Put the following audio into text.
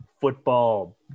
football